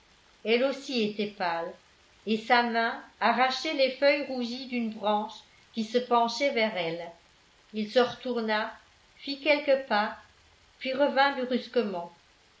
elle aussi était pâle et sa main arrachait les feuilles rougies d'une branche qui se penchait vers elle il se retourna fit quelques pas puis revint brusquement